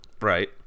Right